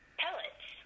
pellets